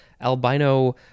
albino